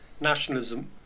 nationalism